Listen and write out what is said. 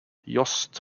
yost